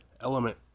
Element